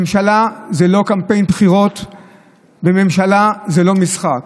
ממשלה זה לא קמפיין בחירות וממשלה זה לא משחק.